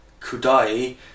Kudai